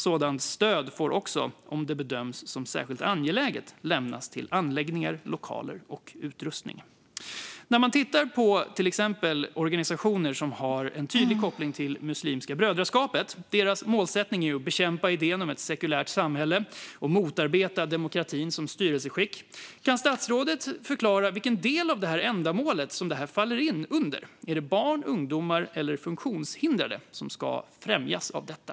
Sådant stöd får också, om det bedöms som särskilt angeläget, lämnas till anläggningar, lokaler och utrustning." Om vi som exempel tar organisationer som har en tydlig koppling till Muslimska brödraskapet - deras målsättningar är att bekämpa idén om ett sekulärt samhälle och motarbeta demokratin som styrelseskick - kan statsrådet förklara vilken del av ändamålet som detta faller in under: Är det barn, ungdomar eller funktionshindrade som ska dra nytta av detta?